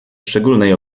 szczególnej